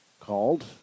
called